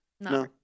no